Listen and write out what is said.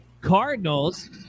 Cardinals